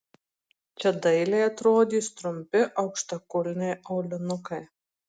čia dailiai atrodys trumpi aukštakulniai aulinukai